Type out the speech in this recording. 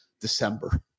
December